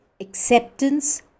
Acceptance